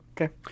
Okay